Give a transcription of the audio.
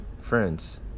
friends